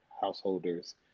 householders